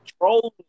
Trolling